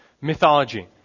mythology